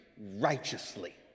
righteously